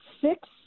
six